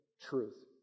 truth